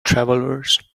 travelers